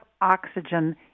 oxygen